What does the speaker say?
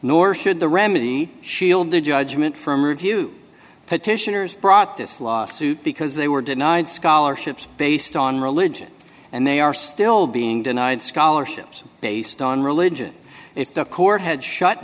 nor should the remedy shield the judgment from review petitioners brought this lawsuit because they were denied scholarships based on religion and they are still being denied scholarships based on religion if the court had shut